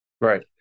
Right